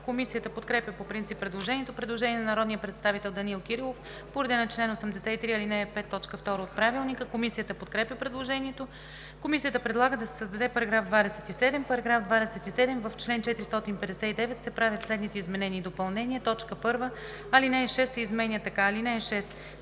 Комисията подкрепя по принцип предложението. Предложение на народния представител Данаил Кирилов по реда на чл. 83, ал. 5, т. 2 от Правилника. Комисията подкрепя предложението. Комисията предлага да се създаде § 27: „§ 27. В чл. 459 се правят следните изменения и допълнения: 1. Алинея 6 се изменя така: „(6)